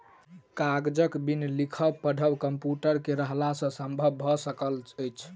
कागजक बिन लिखब पढ़ब कम्प्यूटर के रहला सॅ संभव भ सकल अछि